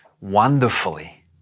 wonderfully